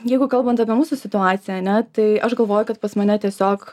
jeigu kalbant apie mūsų situaciją ane tai aš galvoju kad pas mane tiesiog